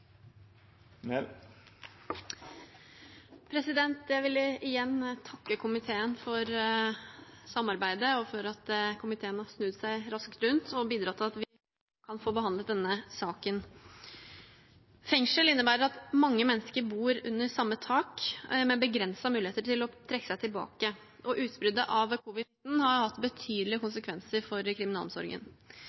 Jeg vil igjen takke komiteen for samarbeidet og for at komiteen har snudd seg raskt rundt og bidratt til at vi kan få behandlet denne saken. Fengsel innebærer at mange mennesker bor under samme tak, med begrensede muligheter til å trekke seg tilbake. Utbruddet av covid-19 har hatt betydelige konsekvenser for kriminalomsorgen.